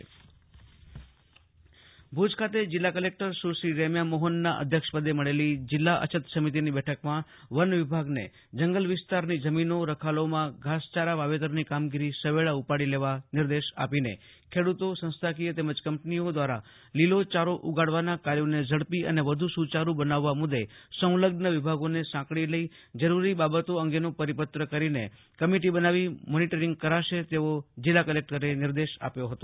આશુતોષ અંતાણી કચ્છ જીલ્લા અછત સમિતિની બેઠક ભુજ ખાતે જિલ્લા કલેકટર શ્રીમતી રેમ્યા મોહનના અધ્યક્ષપદે મળેલી જિલ્લા અછત સમિતિની બેઠકમાં વન વિભાગને જંગલ વિસ્તારની જમીનો રખાલોમાં ઘાસયારા વાવેતરની કામગીરી સવેળા ઉપાડી લેવા નિર્દેશ આપીને ખેડૂતો સંસ્થાકીય તેમજ કંપનીઓ દ્વારા લીલોચારો ઉગાડવાના કાર્યોને ઝડપી અને વધુ સુચારૂ બનાવવા મુદ્દે સલગ્ન વિભાગોને સાંકળી લઇ જરૂરી બાબતો અંગેનો પરિપત્ર કરીને કમિટિ બનાવી મોનીટરીંગ કરાશે તેવો જીલ્લા કલેકટરે નિર્દેશ કર્યો હતો